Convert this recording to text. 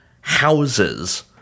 houses